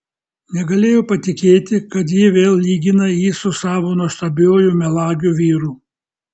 negalėjo patikėti kad ji vėl lygina jį su savo nuostabiuoju melagiu vyru